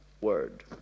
Word